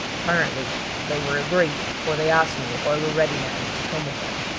apparently they were agreed, for they asked me if i were ready now to come with them.